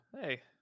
hey